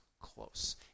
close